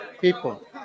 people